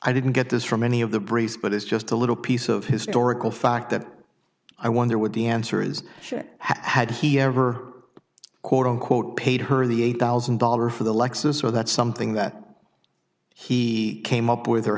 i didn't get this from any of the breeze but it's just a little piece of historical fact that i wonder what the answer is sure had he ever quote unquote paid her the eight thousand dollars for the lexus or that something that he came up with her